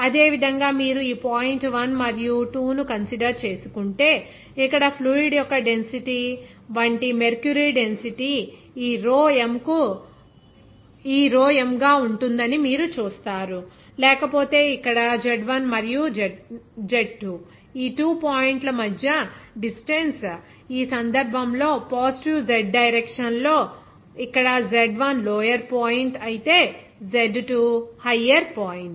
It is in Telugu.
అదేవిధంగా మీరు ఈ పాయింట్ 1 మరియు 2 ను కన్సిడర్ చేసుకుంటే ఇక్కడ ఫ్లూయిడ్ యొక్క డెన్సిటీ వంటి మెర్క్యురీ డెన్సిటీ ఈ రో m గా ఉంటుందని మీరు చూస్తారు లేకపోతే ఇక్కడ Z1 మరియు Z2 ఈ 2 పాయింట్ల మధ్య డిస్టెన్స్ ఈ సందర్భంలో పాజిటివ్ Z డైరెక్షన్ లో ఇక్కడ Z1 లోయర్ పాయింట్ అయితే Z2 హయ్యర్ పాయింట్